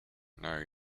know